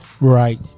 right